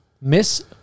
Miss